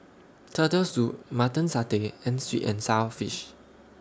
Turtle Soup Mutton Satay and Sweet and Sour Fish